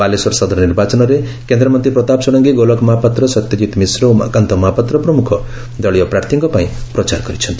ବାଲେଶ୍ୱର ସଦର ନିର୍ବାଚନରେ କେନ୍ଦ୍ରମନ୍ତୀ ପ୍ରତାପ ଷଡଙ୍ଙୀ ଗୋଲଖ ମହାପାତ୍ର ସତ୍ୟଜିତ ମିଶ୍ର ଉମାକାନ୍ତ ମହାପାତ୍ର ପ୍ରମୁଖ ଦଳୀୟ ପ୍ରାର୍ଥୀଙ୍କ ପାଇଁ ପ୍ରଚାର କରିଛନ୍ତି